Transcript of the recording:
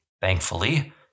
thankfully